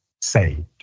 saved